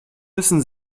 müssen